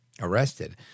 arrested